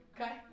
Okay